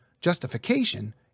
Justification